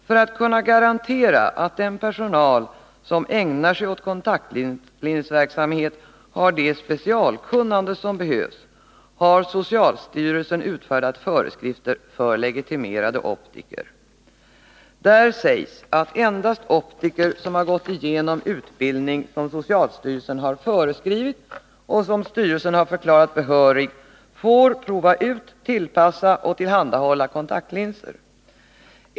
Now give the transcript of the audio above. För att kunna garantera att den personal som ägnar sig åt kontaktlinsverksamhet har det specialkunnande som behövs har socialstyrelsen utfärdat föreskrifter för legitimerade optiker 1981:11). Där sägs att endast optiker som har gått igenom utbildning som socialstyrelsen har föreskrivit och som styrelsen har förklarat behörig får prova ut, tillpassa och tillhandahålla kontaktlinser.